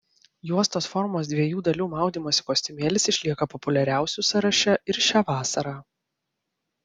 juostos formos dviejų dalių maudymosi kostiumėlis išlieka populiariausių sąraše ir šią vasarą